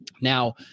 now